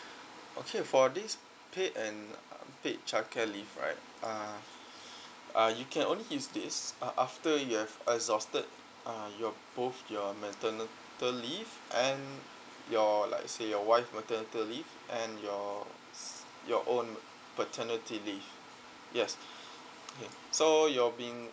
okay for this paid and uh paid childcare leave right uh uh you can only use this uh after you have exhausted uh your both your maternity leave and your like say your wife maternity leave and your s~ your own paternity leave yes okay so your being